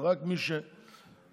רק מי שעשיר,